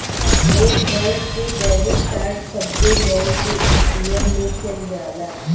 एक बैंक के debit card सब्बे बैंक के ए.टी.एम मे चल जाला